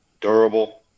durable